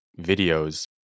videos